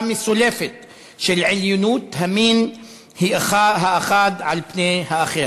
מסולפת של עליונות המין האחד על פני האחר.